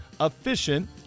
efficient